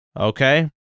Okay